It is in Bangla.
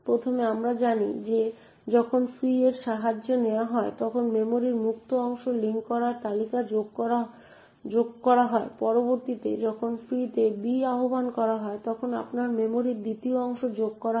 প্রথমে আমরা জানি যখন ফ্রি a এর সাহায্য নেওয়া হয় তখন মেমরির মুক্ত অংশ লিঙ্ক করা তালিকায় যোগ করা হয় পরবর্তীতে যখন ফ্রি তে b আহ্বান করা হয় তখন আপনার মেমরির দ্বিতীয় অংশ যোগ করা হবে